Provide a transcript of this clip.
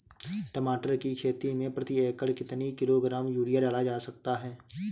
टमाटर की खेती में प्रति एकड़ कितनी किलो ग्राम यूरिया डाला जा सकता है?